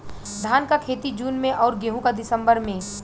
धान क खेती जून में अउर गेहूँ क दिसंबर में?